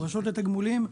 הפרשות לתגמולים.